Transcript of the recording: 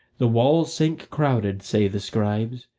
the walls sank crowded, say the scribes,